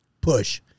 push